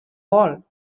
wall